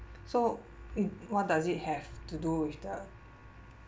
so what does it have to do with the